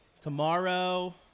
Tomorrow